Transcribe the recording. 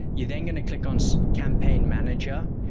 you're then going to click on so campaign manager,